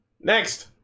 next